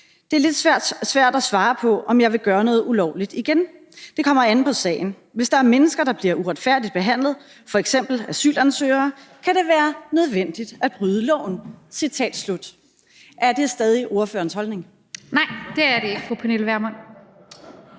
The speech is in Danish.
det er lidt svært at svare på, om jeg vil gøre noget ulovligt igen. Det kommer an på sagen. Hvis der er mennesker, der bliver uretfærdigt behandlet, for eksempel asylansøgere, så kan det være nødvendigt at bryde loven.« Er det stadig ordførerens holdning? Kl. 14:13 Rosa Lund (EL): Nej, det er det ikke, fru Pernille Vermund.